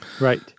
Right